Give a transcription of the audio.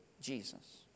Jesus